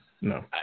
no